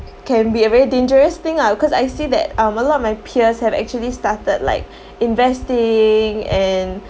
it can be a very dangerous thing ah because I see that um a lot of my peers have actually started like investing and